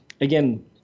again